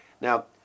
Now